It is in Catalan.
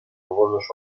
rebost